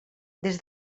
des